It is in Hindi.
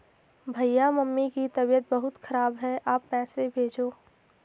भैया मम्मी की तबीयत बहुत खराब है आप पैसे भेजो